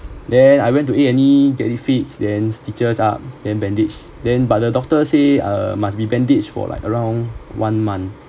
then I went to eat any then stitches up then bandage then but the doctor say uh must be bandage for like around one month